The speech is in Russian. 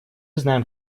знаем